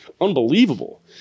unbelievable